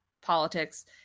politics